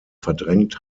verdrängt